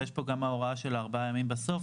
ויש פה גם ההוראה של ארבעה ימים בסוף,